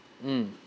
mm